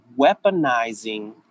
weaponizing